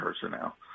personnel